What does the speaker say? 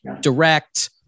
direct